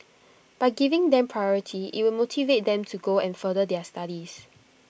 by giving them priority IT will motivate them to go and further their studies